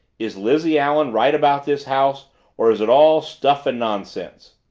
is lizzie allen right about this house or is it all stuff and nonsense?